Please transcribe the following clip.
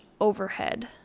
overhead